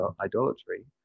idolatry